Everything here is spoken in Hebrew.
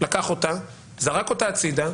זרק אותה הצידה,